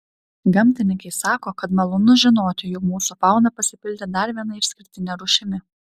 gamtininkai sako kad malonu žinoti jog mūsų fauna pasipildė dar viena išskirtine rūšimi